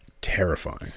terrifying